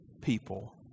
people